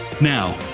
now